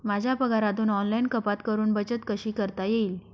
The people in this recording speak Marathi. माझ्या पगारातून ऑनलाइन कपात करुन बचत कशी करता येईल?